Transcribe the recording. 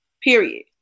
period